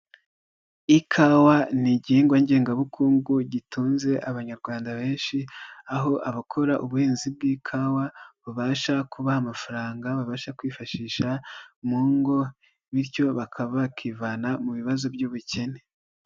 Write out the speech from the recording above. Ikawa ni igihingwa ngengabukungu gitunze Abanyarwanda benshi, aho abakora ubuhinzi bw'ikawa babasha kubaha amafaranga babasha kwifashisha mu ngo bityo bakaba bakivana mu bibazo by'ubukene.